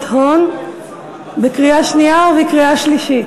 הון (תיקון מס' 70) בקריאה שנייה ובקריאה שלישית.